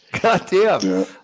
Goddamn